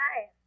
Hi